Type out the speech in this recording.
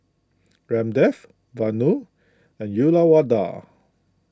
Ramdev Vanu and Uyyalawada